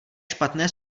špatné